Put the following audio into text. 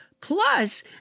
Plus